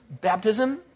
baptism